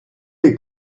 les